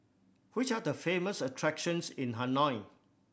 which are the famous attractions in Hanoi